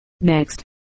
Next